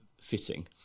fitting